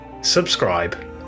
subscribe